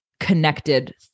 Connected